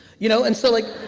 you know and so like,